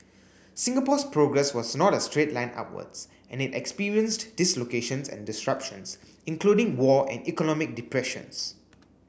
Singapore's progress was not a straight line upwards and it experienced dislocations and disruptions including war and economic depressions